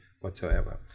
whatsoever